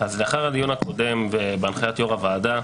אז לאחר הדיון הקודם בהנחיית יושב-ראש הוועדה,